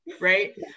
right